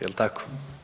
Jel' tako?